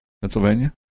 Pennsylvania